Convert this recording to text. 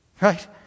Right